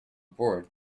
bored